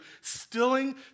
stilling